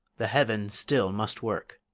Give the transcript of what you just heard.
the heavens still must work.